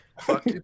Fuck